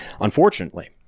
unfortunately